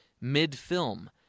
mid-film